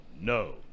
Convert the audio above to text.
no